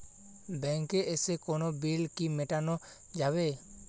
ব্যাংকে এসে কোনো বিল কি মেটানো যাবে?